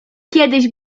kiedyś